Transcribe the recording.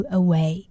away